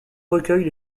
recueille